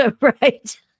right